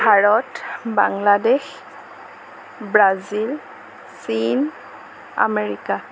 Bharat Bangladesh Brazil চীন America